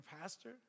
pastor